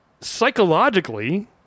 psychologically